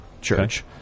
church